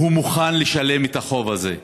והוא מוכן לשלם את החוב הזה.